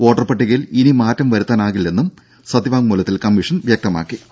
വോട്ടർപട്ടികയിൽ ഇനി മാറ്റം വരുത്താനാകില്ലെന്നും സത്യവാങ്മൂലത്തിൽ കമ്മീഷൻ വ്യക്തമാക്കിയിട്ടുണ്ട്